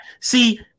See